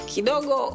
Kidogo